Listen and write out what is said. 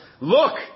Look